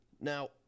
Now